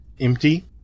Empty